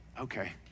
Okay